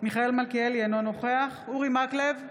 מיכאל מלכיאלי, אינו נוכח אורי מקלב,